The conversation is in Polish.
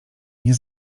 nie